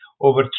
over